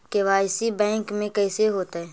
KYC bank में कैसे होतै?